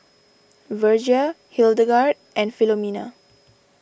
Virgia Hildegard and Filomena